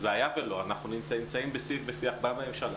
פיצול בתנועה,